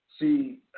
See